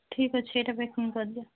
ଠିକ୍ ଅଛି ଏଇଟା ପ୍ୟାକିଂ କରିଦିଅ